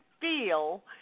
feel –